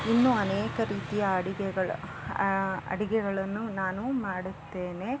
ಇನ್ನೂ ಅನೇಕ ರೀತಿಯ ಅಡಿಗೆಗಳು ಅಡಿಗೆಗಳನ್ನು ನಾನು ಮಾಡುತ್ತೇನೆ